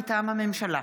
מטעם הממשלה: